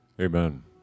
Amen